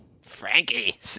Frankie